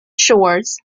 shores